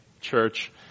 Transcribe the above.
church